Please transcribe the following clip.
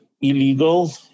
illegal